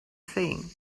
thing